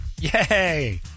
Yay